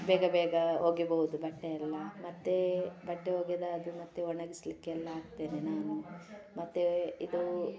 ಬೇಗ ಬೇಗ ಒಗಿಬೋದು ಬಟ್ಟೆ ಎಲ್ಲ ಮತ್ತೇ ಬಟ್ಟೆ ಒಗೆದಾದ ಮತ್ತೆ ಒಣಗಿಸ್ಲಿಕ್ಕೆ ಎಲ್ಲ ಹಾಕ್ತೇನೆ ನಾನು ಮತ್ತೇ ಇದು